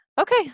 Okay